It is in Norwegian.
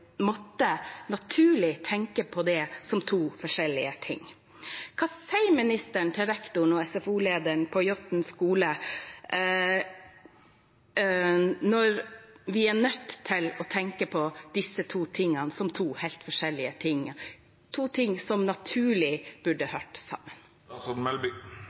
naturlig måtte tenke på det som to forskjellige ting. Hva sier ministeren til rektoren og SFO-lederen på Jåtten skole når vi er nødt til å tenke på dette som to helt forskjellige ting – to ting som naturlig burde